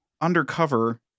undercover